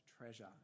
treasure